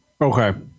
Okay